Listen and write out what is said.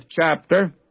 chapter